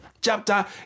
chapter